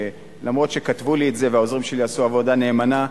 אף-על-פי שכתבו לי את זה והעוזרים שלי עשו עבודה נאמנה,